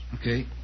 Okay